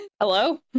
Hello